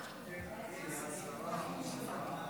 אדוני היושב-ראש,